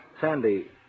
Sandy